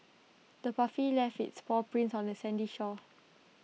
the puppy left its paw prints on the sandy shore